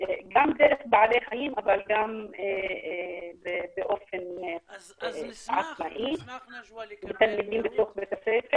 גם דרך בעלי חיים אבל גם באופן עצמאי את התלמידים בתוך בית הספר.